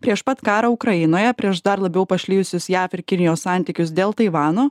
prieš pat karą ukrainoje prieš dar labiau pašlijusius jav ir kinijos santykius dėl taivano